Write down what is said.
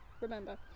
Remember